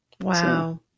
Wow